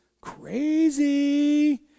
crazy